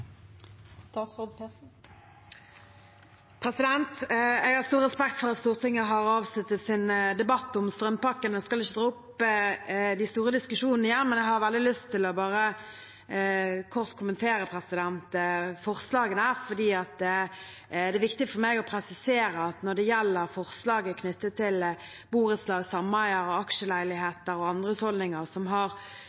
at Stortinget har avsluttet sin debatt om strømpakken og skal ikke dra opp de store diskusjonene igjen, men jeg har veldig lyst til bare kort å kommentere forslagene. Det er viktig for meg å presisere at når det gjelder forslaget knyttet til borettslag, sameier, aksjeleiligheter og